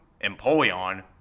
Empoleon